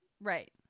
Right